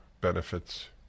benefits